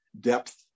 depth